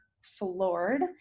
floored